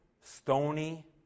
stony